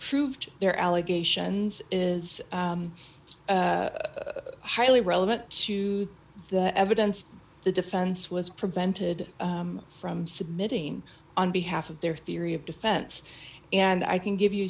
proved their allegations is highly relevant to the evidence the defense was prevented from submitting on behalf of their theory of defense and i can give you